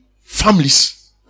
families